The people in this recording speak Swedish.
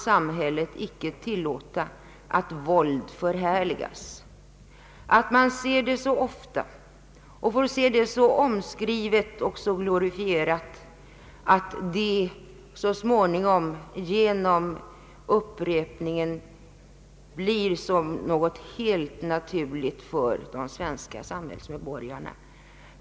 Samhället kan icke tillåta att våld förhärligas, att man ser det så ofta, att det blir så omskrivet och glorifierat att det så småningom genom upprepningen blir något helt naturligt för de svenska medborgarna.